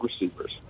receivers